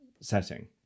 setting